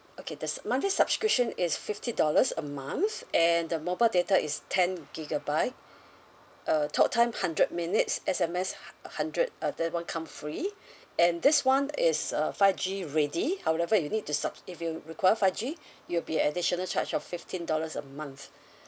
okay that's monthly subscription is fifty dollars a month and the mobile data is ten gigabyte uh talk time hundred minutes S_M_S hundred uh that one come free and this [one] is a five G ready however you need to subscribe if you require five G it'll be additional charge of fifteen dollars a month